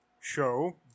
Show